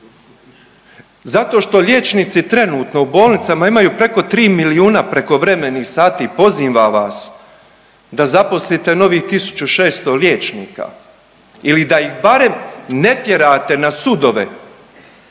Zato što liječnici trenutno u bolnicama imaju preko tri milijuna prekovremenih sati. Pozivam vas da zaposlite novih 1600 liječnika ili da ih barem ne tjerate na sudove